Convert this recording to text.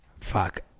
fuck